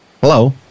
Hello